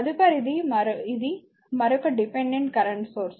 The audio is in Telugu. తదుపరిది ఇది మరొక డిపెండెంట్ కరెంట్ సోర్స్